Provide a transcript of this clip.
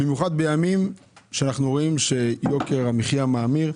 במיוחד בימים שאנחנו רואים שיוקר המחיה מאמיר,